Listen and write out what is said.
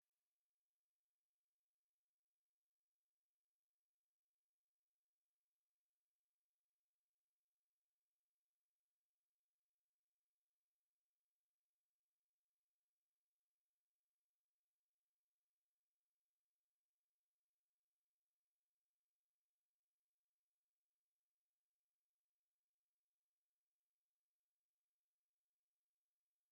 Hari imiryango imwe n'imwe igizwe n'abanyamahanga iba ifite intego y'uko abana bose bakiga kandi neza, bityo bikabatera kujya bakora ingendoshuri, aho bajya mu bigo by'amashuri bimwe na bimwe bakaganira n'abarezi, abanyeshuri ndetse n'abayobozi b'ikigo kugira ngo bige ku buryo uburezi bwarushaho kuba bwiza ndetse bakaba banabatera inkunga ibafasha gukemura bimwe mu bibazo baba bafite.